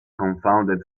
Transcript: confounded